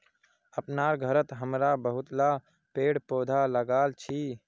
अपनार घरत हमरा बहुतला पेड़ पौधा लगाल छि